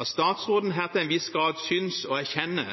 at statsråden her til en viss grad synes å erkjenne